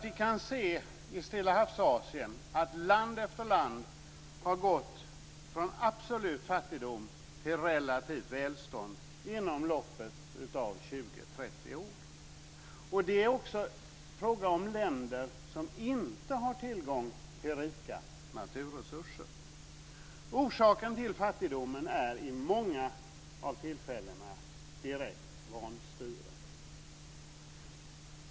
Vi kan i Stilla havs-Asien se att land efter land har gått från absolut fattigdom till relativt välstånd inom loppet av 20-30 år. Det är också fråga om länder som inte har tillgång till rika naturresurser. Orsaken till fattigdomen är i många av tillfällena direkt vanstyre.